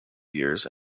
years